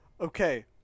Okay